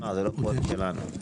זה לא פרויקט שלנו.